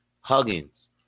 Huggins